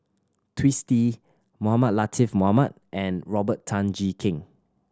Twisstii Mohamed Latiff Mohamed and Robert Tan Jee Keng